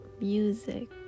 Music